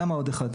למה עוד אחד?